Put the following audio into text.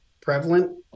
prevalent